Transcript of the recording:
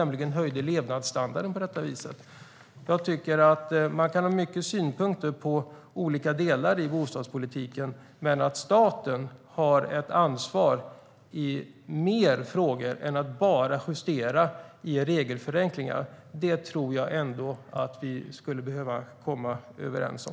Man kan ha många synpunkter på olika delar i bostadspolitiken, men att staten har ett ansvar i fler frågor än att bara justera i regelförenklingar tror jag ändå att vi skulle behöva komma överens om.